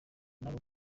nabo